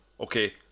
okay